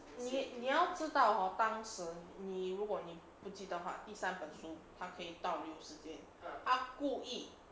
你你要知道 hor 当时你如果你不记得的话第三本书还可以倒流时间他故意